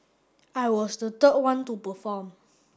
I was the third one to perform